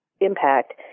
impact